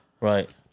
right